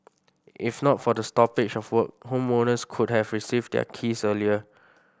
if not for the stoppage of work homeowners could have received their keys earlier